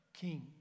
king